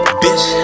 bitch